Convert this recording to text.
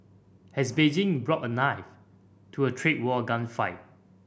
has Beijing brought a knife to a trade war gunfight